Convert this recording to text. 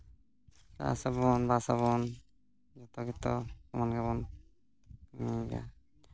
ᱪᱟᱥ ᱟᱵᱚᱱ ᱵᱟᱥ ᱟᱵᱚᱱ ᱡᱚᱛᱚ ᱜᱮᱛᱚ ᱟᱵᱚ ᱜᱮᱵᱚᱱ ᱧᱮᱞᱟ